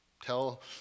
tell